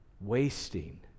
wasting